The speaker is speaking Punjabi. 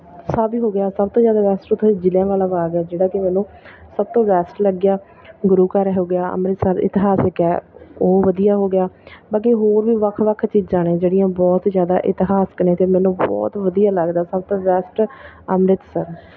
ਵੀ ਹੋ ਗਿਆ ਸਭ ਤੋਂ ਜ਼ਿਆਦਾ ਬੈਸਟ ਉੱਥੇ ਜਲ੍ਹਿਆਂ ਵਾਲਾ ਬਾਗ ਹੈ ਜਿਹੜਾ ਕਿ ਮੈਨੂੰ ਸਭ ਤੋਂ ਬੈਸਟ ਲੱਗਿਆ ਗੁਰੂ ਘਰ ਹੋ ਗਿਆ ਅੰਮ੍ਰਿਤਸਰ ਇਤਿਹਾਸਿਕ ਹੈ ਉਹ ਵਧੀਆ ਹੋ ਗਿਆ ਬਾਕੀ ਹੋਰ ਵੀ ਵੱਖ ਵੱਖ ਚੀਜ਼ਾਂ ਨੇ ਜਿਹੜੀਆਂ ਬਹੁਤ ਜ਼ਿਆਦਾ ਇਤਿਹਾਸਿਕ ਨੇ ਅਤੇ ਮੈਨੂੰ ਬਹੁਤ ਵਧੀਆ ਲੱਗਦਾ ਸਭ ਤੋਂ ਬੈਸਟ ਅੰਮ੍ਰਿਤਸਰ